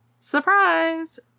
Surprise